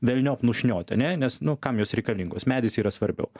velniop nušniot ane nes nu kam jos reikalingos medis yra svarbiau